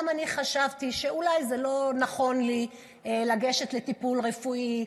גם אני חשבתי שאולי זה לא נכון לי לגשת לטיפול רפואי,